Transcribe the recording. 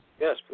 Yes